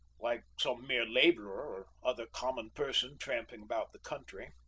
like some mere laborer or other common person tramping about the country.